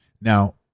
Now